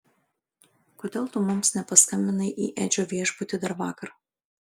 kodėl tu mums nepaskambinai į edžio viešbutį dar vakar